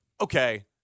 okay